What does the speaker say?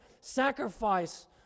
sacrifice